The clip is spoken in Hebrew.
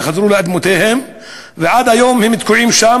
יחזרו לאדמותיהם ועד היום הם תקועים שם.